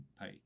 pay